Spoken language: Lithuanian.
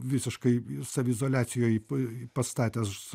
visiškai saviizoliacijoj pai pastatęs